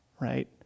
right